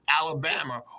Alabama